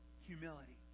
humility